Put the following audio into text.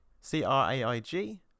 C-R-A-I-G